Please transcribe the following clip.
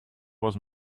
was